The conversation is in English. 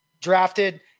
drafted